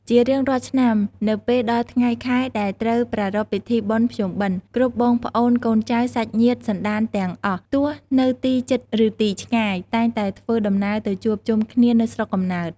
ជារៀងរាល់ឆ្នាំ នៅពេលដល់ថ្ងៃខែដែលត្រូវប្រារព្ធពិធីបុណ្យភ្ជុំបិណ្ឌ គ្រប់បងប្អូនកូនចៅ សាច់ញាតិសន្ដានទាំងអស់ ទោះនៅទីជិត ឬទីឆ្ងាយ តែងតែធ្វើដំណើរទៅជួបជុំគ្នានៅស្រុកកំណើត។